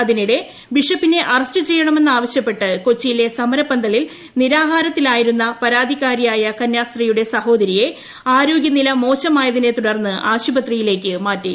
അതിനിടെ ബിഷപ്പിനെ ചെയ്യണമെന്നാവശ്യപ്പെട്ട് കൊച്ചിയിലെ സമരപന്തലിൽ അറസ്റ്റ് നിരാഹാരത്തിലായിരുന്ന പരാതിക്കാരായ കന്യാസ്ത്രീയുടെ സഹോദരിയെ ആരോഗ്യനില മോശമായതിനെ തുടർന്ന് ആശുപത്രിയിലേക്ക് മാറ്റി